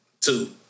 Two